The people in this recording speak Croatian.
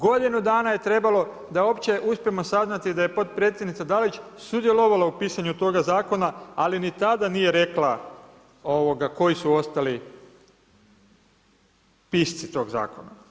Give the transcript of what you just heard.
Godinu dana je trebalo da uopće uspijemo saznati da je potpredsjednica Dalić sudjelovala u pisanju toga zakona, ali ni tada nije rekla koji su ostali pisci tog zakona.